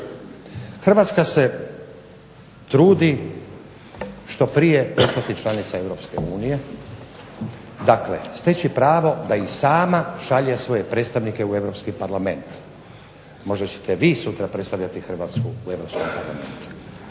Hrvatska se trudi što prije postati članica Europske unije, dakle steći pravo da i sama šalje svoje predstavnike u Europski parlament. Možda ćete vi sutra predstavljati Hrvatsku u Europskom parlamentu.